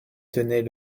tenait